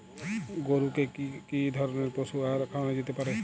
গরু কে কি ধরনের পশু আহার খাওয়ানো যেতে পারে?